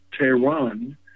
Tehran